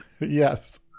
yes